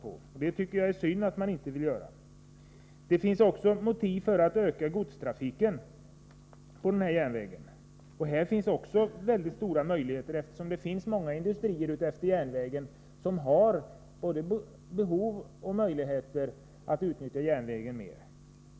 Jag tycker att det är synd att man inte vill göra det. Det finns också motiv för att öka godstrafiken på denna järnväg. Här finns också mycket stora möjligheter till det, eftersom det finns många industrier utefter järnvägen som har både behov och möjligheter att utnyttja järnvägen mer.